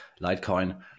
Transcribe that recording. Litecoin